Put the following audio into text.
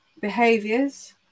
Behaviors